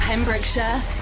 Pembrokeshire